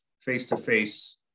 face-to-face